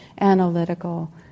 analytical